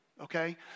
okay